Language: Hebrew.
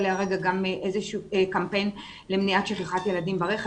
להרגע איזה שהוא קמפיין למניעת שכחת ילדים ברכב.